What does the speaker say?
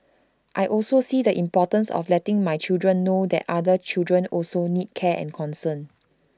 I also see the importance of letting my children know that other children also need care and concern